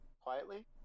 quietly